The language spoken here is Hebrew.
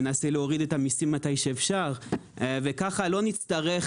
ננסה להוריד את המיסים מתי שאפשר וכך לא נצטרך